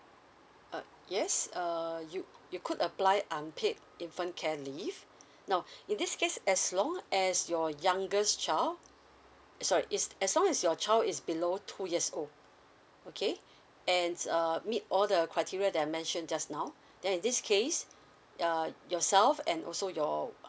uh yes uh you you could apply unpaid infant care leave now in this case as long as your youngest child sorry is as long is your child is below two years old okay and um meet all the criteria that I mentioned just now then in this case uh yourself and also your